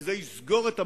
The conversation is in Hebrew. וזה יסגור את המעגל,